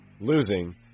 losing